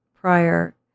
prior